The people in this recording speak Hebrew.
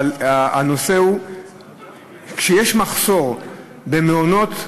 אבל כשיש מחסור במעונות,